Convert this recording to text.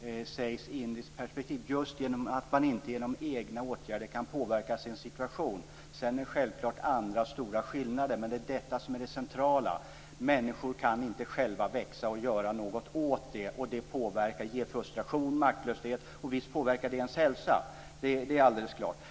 i det indiska kastsamhället, inte genom egna åtgärder kan påverka sin situation. Sedan finns det självklart andra stora skillnader, men det är detta som är det centrala. Människor kan inte själva växa och göra något åt sin situation. Det ger frustration och maktlöshet, och visst påverkar det ens hälsa. Det är alldeles klart.